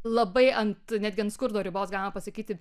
labai ant netgi ant skurdo ribos galima pasakyti